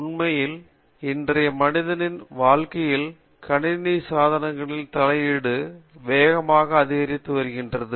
உண்மையில் இன்றைய மனிதனின் வாழ்க்கையில் கணினி சாதனங்களின் தலையீடு வேகமாக அதிகரித்து வருகிறது